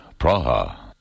Praha